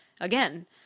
Again